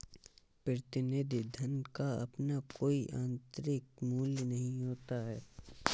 प्रतिनिधि धन का अपना कोई आतंरिक मूल्य नहीं होता है